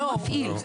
הוא המפעיל.